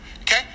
Okay